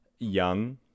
young